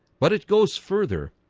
but it goes further